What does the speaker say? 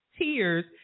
tears